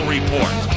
Report